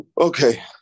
Okay